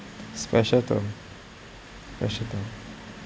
special term special term